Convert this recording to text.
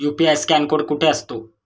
UPI scan code कुठे असतो?